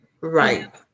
Right